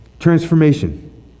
Transformation